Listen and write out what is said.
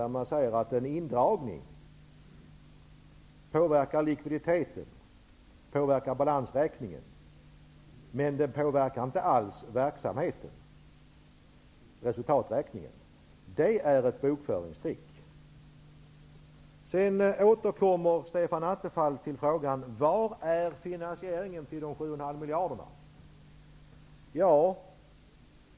Där sägs att en indragning påverkar likviditeten och balansräkningen, men den påverkar inte alls verksamheten, resultaträknigen. Det är ett bokföringstrick. Sedan återkommer Stefan Attefall till frågan: Var är finansieringen till de 7,5 miljarderna?